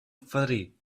fadrí